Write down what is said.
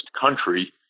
country